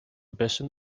bessen